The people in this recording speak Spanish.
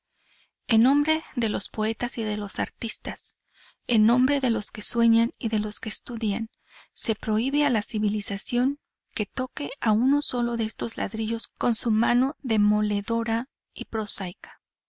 en nombre de los poetas y de los artistas en nombre de los que sueñan y de los que estudian se prohíbe a la civilización que toque a uno solo de estos ladrillos con su mano demoledora y